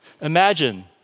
Imagine